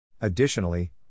Additionally